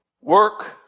work